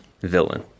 villain